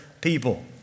people